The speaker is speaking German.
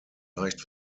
leicht